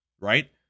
Right